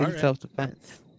self-defense